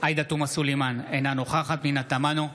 עאידה תומא סלימאן, אינה נוכחת פנינה תמנו,